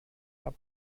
gab